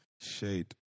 Shade